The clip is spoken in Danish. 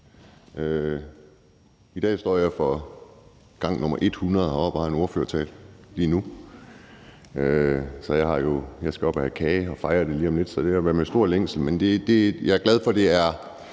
I dag står jeg for gang nr. 100 heroppe og skal lige nu holde en ordførertale, så jeg skal op og have kage og fejre det lige om lidt, så det har været med stor længsel. Jeg er glad for, at det er